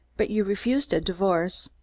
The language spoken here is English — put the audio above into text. but you refused a divorce.